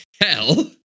hell